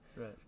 right